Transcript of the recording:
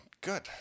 Good